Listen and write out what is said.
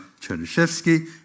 Chernyshevsky